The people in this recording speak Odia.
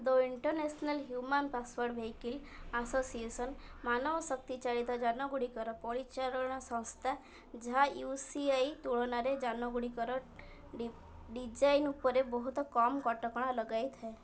ଦ international human powered vehicle association ମାନବ ଶକ୍ତି ଚାଳିତ ଯାନଗୁଡ଼ିକର ପରିଚାଳନା ସଂସ୍ଥା ଯାହା ୟୁ ସି ଆଇ ତୁଳନାରେ ଯାନଗୁଡ଼ିକର ଡି ଡିଜାଇନ୍ ଉପରେ ବହୁତ କମ୍ କଟକଣା ଲଗାଇଥାଏ